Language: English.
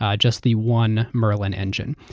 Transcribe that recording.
ah just the one merlin engine.